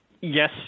Yes